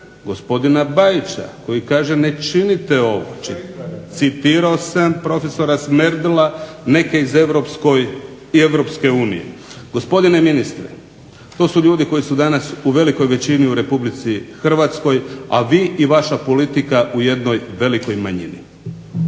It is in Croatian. gospodina Bajića koji kaže ne činite ovo. Citirao sam profesora Smerdela, neke iz Europske unije. Gospodine ministre, to su ljudi koji su danas u velikoj većini u Republici Hrvatskoj, a vi i vaša politika u jednoj velikoj manjini.